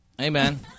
Amen